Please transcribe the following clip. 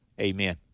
amen